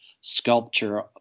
sculpture